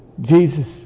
Jesus